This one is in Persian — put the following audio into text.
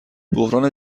بحران